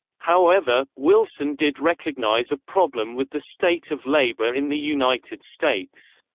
however, wilson did recognize a problem with the state of labor in the united states.